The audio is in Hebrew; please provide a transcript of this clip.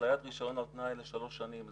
התליית רישיון על תנאי לשלוש שנים.